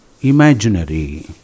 imaginary